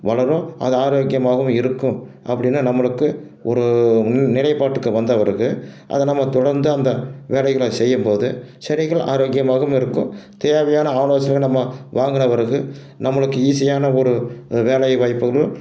வளரும் அதை ஆரோக்கியமாகவும் இருக்கும் அப்படின்னா நம்மளுக்கு ஒரு நிறைபாட்டுக்கு வந்த பிறகு அதை நம்ம தொடர்ந்து அந்த வேலைகளை செய்யும்போது செடிகள் ஆரோக்கியமாகவும் இருக்கும் தேவையான ஆலோசனைகளும் நம்ம வாங்கின பிறகு நம்மளுக்கு ஈஸியான ஒரு வேலை வாய்ப்புகளும்